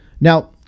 Now